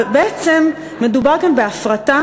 בעצם מדובר כאן בהפרטה,